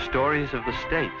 stories of the state